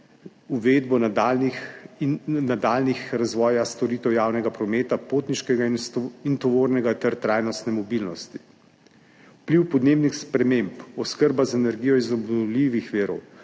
in nadaljnjega razvoja storitev javnega prometa, potniškega in tovornega ter trajnostne mobilnosti. Vpliv podnebnih sprememb, oskrba z energijo iz obnovljivih virov,